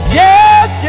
yes